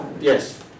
Yes